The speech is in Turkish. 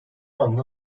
anda